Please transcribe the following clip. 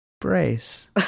Brace